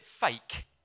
fake